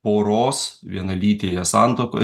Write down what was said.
poros vienalytėje santuokoj